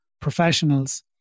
professionals